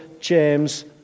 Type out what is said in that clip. James